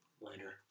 Later